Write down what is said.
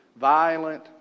violent